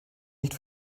nicht